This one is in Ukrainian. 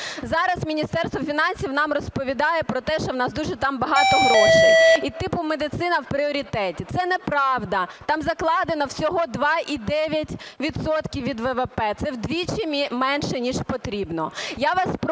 Зараз Міністерство фінансів нам розповідає про те, що у нас дуже там багато грошей і типу медицина в пріоритеті. Це неправда, там закладено всього 2,9 відсотка від ВВП, це вдвічі менше ніж потрібно.